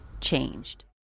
changed